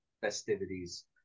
festivities